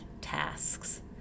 tasks